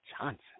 Johnson